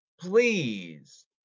Please